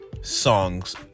songs